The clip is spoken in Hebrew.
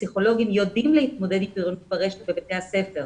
הפסיכולוגים יודעים להתמודד עם בריונות ברשת בבתי הספר.